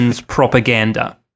Propaganda